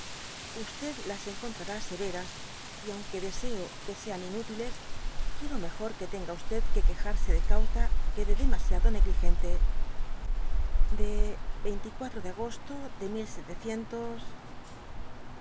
las encontrará severas y aunque deseo que sean inútiles quiero mejor que tenga que quejarse de cauta que de demasiado negligente de de agosto de